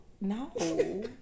No